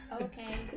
Okay